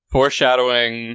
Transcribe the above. Foreshadowing